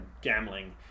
Gambling